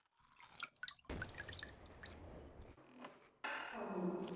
ᱦᱚᱸ ᱦᱚᱸ